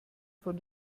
von